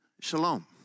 Shalom